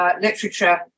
literature